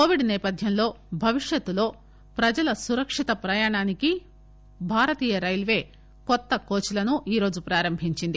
Covid సేపథ్యంలో భవిష్యత్ లో ప్రజల సురక్షిత ప్రయాణానికి భారతీయ రైల్వే కొత్త కోచ్లను ఈరోజు ప్రారంభించింది